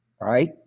right